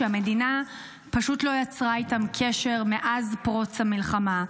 שהמדינה פשוט לא יצרה איתם קשר מאז פרוץ המלחמה.